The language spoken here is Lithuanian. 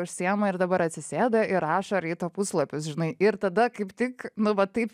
užsiima ir dabar atsisėda ir rašo ryto puslapius žinai ir tada kaip tik nu va taip